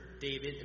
David